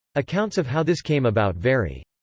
accounts of how this came about vary.